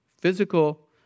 Physical